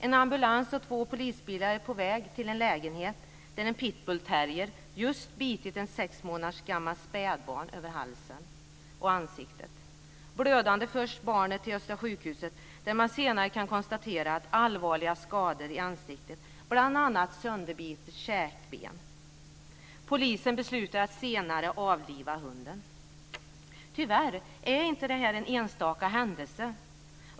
En ambulans och två polisbilar är på väg till en lägenhet där en pitbullterrier just bitit ett sex månader gammalt spädbarn över halsen och ansiktet. Blödande förs barnet till Östra sjukhuset, där man senare konstaterar allvarliga skador i ansiktet, bl.a. sönderbitet käkben. Polisen beslutar senare att avliva hunden. Tyvärr är detta inte en enstaka händelse.